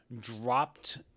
dropped